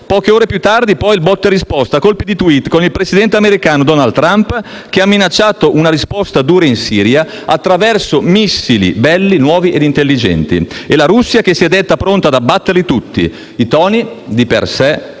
Poche ore più tardi, poi, il botta e risposta a colpi di tweet, con il presidente americano Donald Trump che ha minacciato una risposta dura in Siria, attraverso missili belli, nuovi e intelligenti e la Russia, che si è detta pronta ad abbatterli tutti. I toni, di per sé,